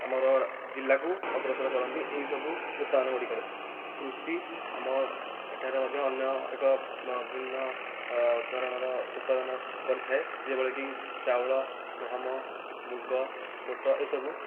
ଆମର ଜିଲ୍ଲାକୁ ଅଗ୍ରସର କରନ୍ତି ଏହିସବୁ ଉତ୍ପାଦନଗୁଡ଼ିକରେ କୃଷି ଆମ ଏଠାରେ ମଧ୍ୟ ଅନ୍ୟ ଏକ ଭିନ୍ନ ଧରଣର ଉତ୍ପାଦନ କରିଥାଏ ଯେଭଳିକି ଚାଉଳ ଗହମ ମୁଗ ବୁଟ ଏସବୁ